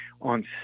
on